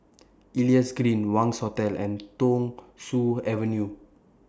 Elias Green Wangz Hotel and Thong Soon Avenue